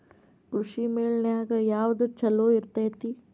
ಕೃಷಿಮೇಳ ನ್ಯಾಗ ಯಾವ್ದ ಛಲೋ ಇರ್ತೆತಿ?